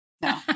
No